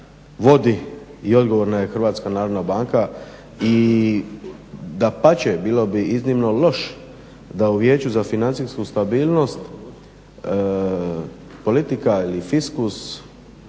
i odgovorna je Hrvatska narodna banka. I dapače, bilo bi iznimno loše da u Vijeću za financijsku stabilnost politika ili fiskus,